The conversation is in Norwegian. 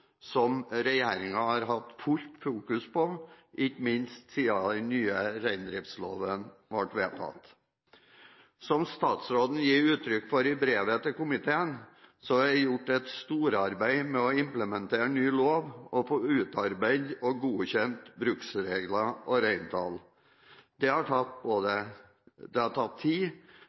har hatt fullt fokus på, ikke minst siden den nye reindriftsloven ble vedtatt. Som statsråden gir uttrykk for i brevet til komiteen, er det gjort et storarbeid med å implementere ny lov og få utarbeidet og godkjent bruksregler og reintall. Det har tatt tid både fordi enkelte reintallsvedtak ble opphevet av Landbruks- og matdepartementet fordi det